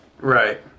Right